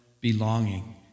belonging